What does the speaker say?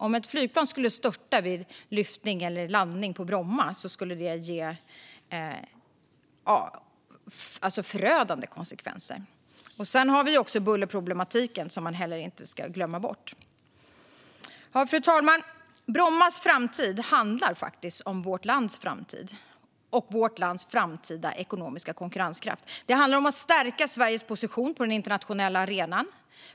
Om ett flygplan skulle störta när det ska lyfta eller landa på Bromma skulle det bli förödande konsekvenser. Vi ska inte heller glömma bort bullerproblemen. Fru talman! Brommas framtid handlar faktiskt om vårt lands framtida ekonomiska konkurrenskraft. Det handlar om att stärka Sveriges position på den internationella arenan.